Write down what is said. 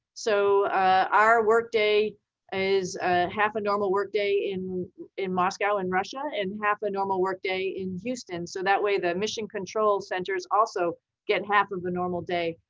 so our workday is a half a normal work day in in moscow, in russia, and half a normal workday in houston. so that way the mission control centers also get half of the normal day,